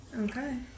Okay